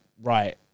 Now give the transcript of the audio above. right